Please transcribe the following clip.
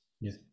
Yes